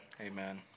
amen